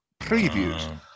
previews